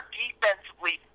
defensively